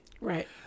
Right